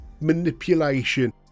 manipulation